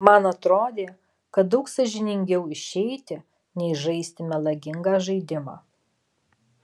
man atrodė kad daug sąžiningiau išeiti nei žaisti melagingą žaidimą